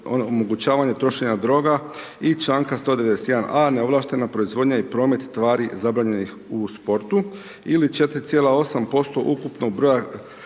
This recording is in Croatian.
razumije./... trošenja droga i članka 191. a neovlaštena proizvodnja i promet tvari zabranjenih u sportu. Ili 4,8% ukupnog broja